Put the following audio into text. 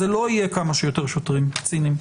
זה לא יהיה כמה שיותר שוטרים קצינים.